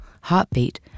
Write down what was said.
heartbeat